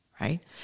right